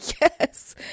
Yes